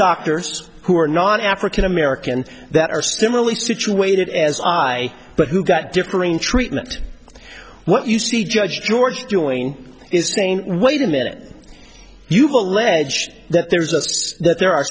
doctors who are not african american that are similarly situated as i but who got differing treatment what you see judge george doing is saying wait a minute you've alleged that there's a that there are